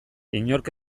inork